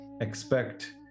expect